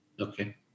Okay